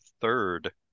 third